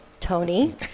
Tony